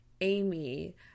Amy